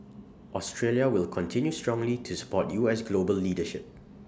Australia will continue strongly to support U S global leadership